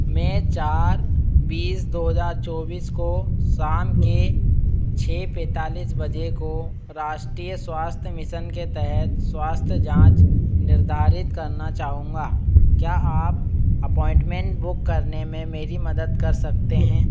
मैं चार बीस दो हज़ार चौवीस को शाम के छः पैंतालिस बजे को राष्ट्रीय स्वास्थ्य मिसन के तहत स्वास्थ्य जाँच निर्धारित करना चाहूँगा क्या आप अपॉइंटमेंट बुक करने में मेरी मदद कर सकते हैं